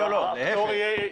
להיפך.